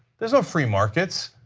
there are no free markets,